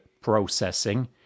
processing